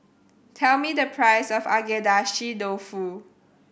tell me the price of Agedashi Dofu